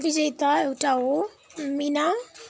विजयता एउटा हो मिना